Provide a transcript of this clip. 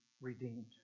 redeemed